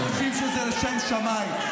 ואתם חושבים שזה לשם שמיים.